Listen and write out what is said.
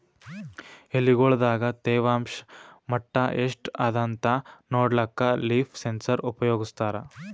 ಎಲಿಗೊಳ್ ದಾಗ ತೇವಾಂಷ್ ಮಟ್ಟಾ ಎಷ್ಟ್ ಅದಾಂತ ನೋಡ್ಲಕ್ಕ ಲೀಫ್ ಸೆನ್ಸರ್ ಉಪಯೋಗಸ್ತಾರ